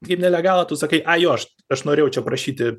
kaip nelegalą tu sakai a jo aš aš norėjau čia parašyti